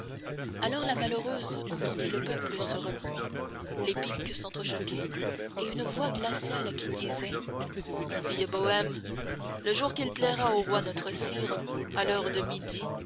alors la malheureuse entendit le peuple se remuer les piques sentre choquer et une voix glaciale qui disait fille bohème le jour qu'il plaira au roi notre sire à l'heure de midi